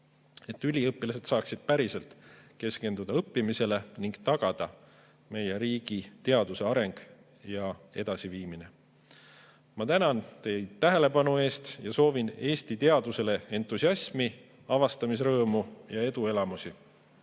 üliõpilased saaksid päriselt keskenduda õppimisele ning tagada meie riigi teaduse areng ja edasiviimine. Ma tänan teid tähelepanu eest ja soovin Eesti teadusele entusiasmi, avastamisrõõmu ja eduelamusi.